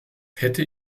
hätte